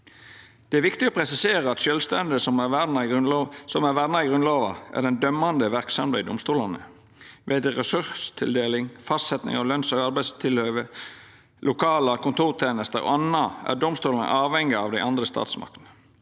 Det er viktig å presisera at sjølvstendet som er verna i Grunnlova, er den dømmande verksemda i domstolane. Ved ressurstildeling, fastsetjing av løns- og arbeidstilhøve, lokale, kontortenester og anna er domstolane avhengige av dei andre statsmaktene.